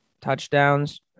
touchdowns